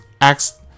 asked